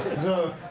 so